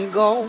go